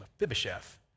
Mephibosheth